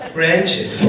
Branches